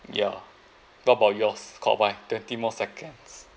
yeah what about yours Kok Wai by twenty more seconds